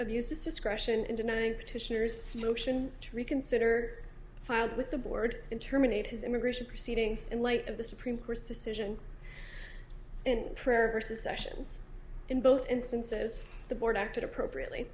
its discretion in denying petitioners motion to reconsider filed with the board in terminate his immigration proceedings in light of the supreme court's decision in prayer sessions in both instances the board acted appropriately